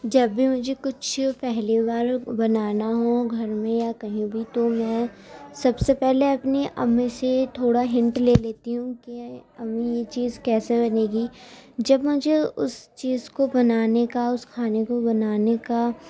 جب بھی مجھے کچھ پہلی بار بنانا ہو گھر میں یا کہیں بھی تو میں سب سے پہلے اپنی امی سے تھوڑا ہنٹ لے لیتی ہوں کہ امی یہ چیز کیسے بنے گی جب مجھے اس چیز کو بنانے کا اس کھانے کو بنانے کا